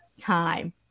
time